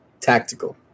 tactical